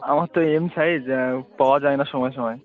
আমার তো M size পাওয়া যায় না সময় সময়